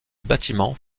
bâtiment